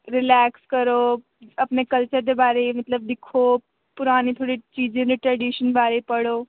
relax करो अपने culture दे बारे च मतलब दिक्खो पुराने थोह्ड़े चीजें दे ट्रेडिशन दे बारे च पढ़ो